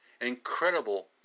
Incredible